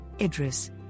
Idris